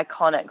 iconic